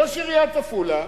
ראש עיריית עפולה